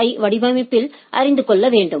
ஐ வடிவமைப்பில் அறிந்து கொள்ள வேண்டும்